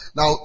Now